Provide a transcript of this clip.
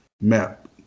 map